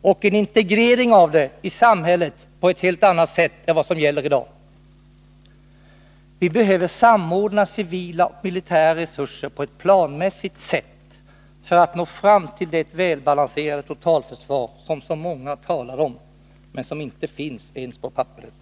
och en integrering av det isamhället på ett helt annat sätt än vad som gäller i dag. Vi behöver samordna civila och militära resurser på ett planmässigt sätt för att nå fram till det välbalanserade totalförsvar som så många talar om men som inte finns ens på papperet.